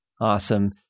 Awesome